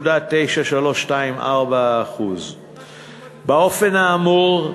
0.9324%. באופן האמור,